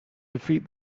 defeat